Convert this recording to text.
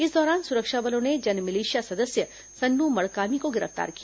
इस दौरान सुरक्षा बलों ने जनमिलिशिया सदस्य सन्नू मडकामी को गिरफ्तार किया